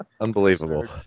Unbelievable